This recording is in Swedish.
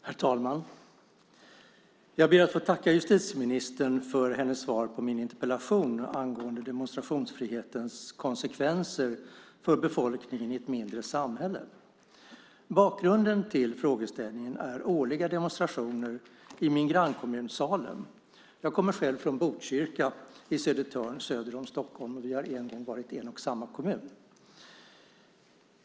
Herr talman! Jag ber att få tacka justitieministern för hennes svar på min interpellation angående demonstrationsfrihetens konsekvenser för befolkningen i ett mindre samhälle. Bakgrunden till frågeställningen är årliga demonstrationer i min grannkommun Salem. Jag kommer själv från Botkyrka i Södertörn söder om Stockholm. Det har en gång varit en och samma kommun.